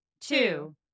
two